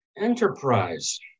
enterprise